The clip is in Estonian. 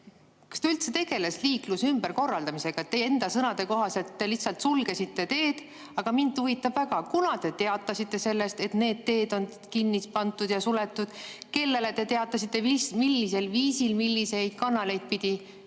Kas politsei üldse tegeles liikluse ümberkorraldamisega? Teie enda sõnade kohaselt te lihtsalt sulgesite teed. Aga mind huvitab väga, kuna te teatasite sellest, et need teed on kinni pandud ja suletud? Kellele te teatasite? Millisel viisil ja milliseid kanaleid pidi? Kunas